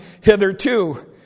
hitherto